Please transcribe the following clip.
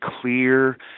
clear